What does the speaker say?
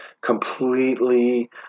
completely